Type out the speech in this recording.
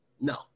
No